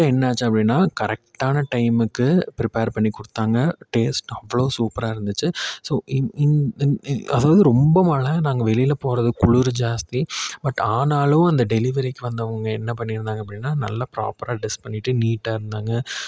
என்னாச்சு அப்படினா கரெக்டான டைமுக்கு ப்ரிப்பேர் பண்ணி கொடுத்தாங்க டேஸ்ட்டு அவ்வளோ சூப்பராக இருந்துச்சு ஸோ அது வந்து ரொம்ப மழை நாங்கள் வெளியில் போகிறதுக்கு குளிரு ஜாஸ்தி பட் ஆனாலும் அந்த டெலிவரிக்கு வந்தவங்க என்ன பண்ணியிருந்தாங்க அப்படினா நல்லா ப்ராப்பராக ட்ரெஸ் பண்ணிகிட்டு நீட்டாக இருந்தாங்க